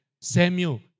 Samuel